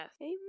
Amen